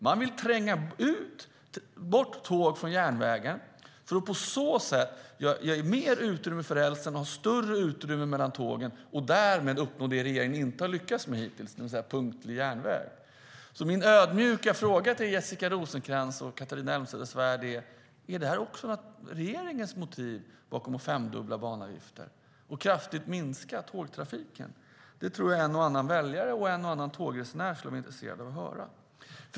Man vill tränga bort tåg från järnvägen för att på så sätt ge mer utrymme för rälsen och större utrymme mellan tågen och därmed uppnå det som regeringen inte har lyckats med hittills, det vill säga punktlig järnvägstrafik. Min ödmjuka fråga till Jessica Rosencrantz och Catharina Elmsäter-Svärd är: Är det också regeringens motiv för att femdubbla banavgifterna - att kraftigt minska tågtrafiken? Det tror jag att en och annan väljare och en och annan tågresenär skulle vara intresserad av att veta.